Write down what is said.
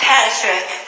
Patrick